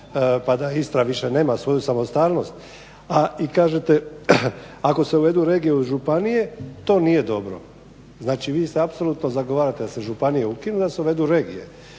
pa da Istra više nema svoju samostalnost, a i kažete ako se uvedu regije u županije, to nije dobro. Znači vi se apsolutno zagovarate da se županije ukinu, da se uvedu regije.